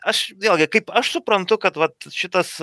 aš vėlgi kaip aš suprantu kad vat šitas